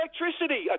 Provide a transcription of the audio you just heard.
electricity